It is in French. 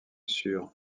sur